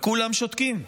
וכולם שותקים,